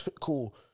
cool